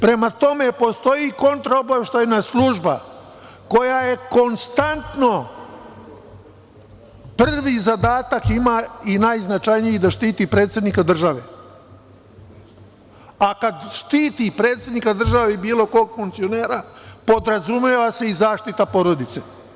Prema tome, postoji kontraobaveštajna služba, koja je konstantno prvi zadatak ima i najznačajniji da štiti predsednika države, a kad štiti predsednika države ili bilo kog funkcionera, podrazumeva se i zaštita porodice.